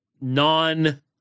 non